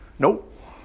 Nope